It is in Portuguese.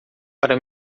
para